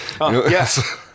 Yes